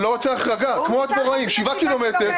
אני לא רוצה החרגה, כמו הדבוראים, שבעה קילומטר.